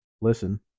listen